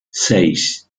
seis